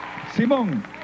Simón